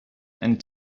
and